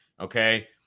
okay